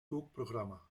kookprogramma